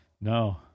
No